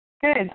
Good